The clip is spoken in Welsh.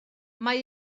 mae